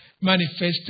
manifested